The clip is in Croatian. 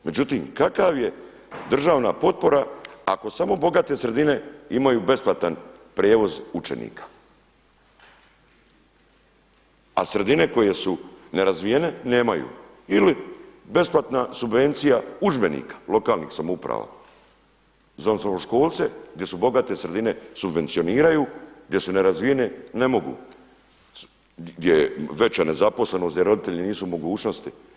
Međutim kakva je državna potpora ako samo bogate sredine imaju besplatan prijevoz učenika, a sredine koje su nerazvijene nemaju ili besplatna subvencija udžbenika lokalnih samouprava za osnovnoškolce gdje su bogate sredine subvencioniraju, gdje se nerazvijene ne mogu, gdje je veća nezaposlenost, gdje roditelji nisu u mogućnosti.